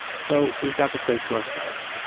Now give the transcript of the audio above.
so we've got the place to ourselves.